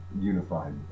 unified